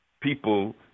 people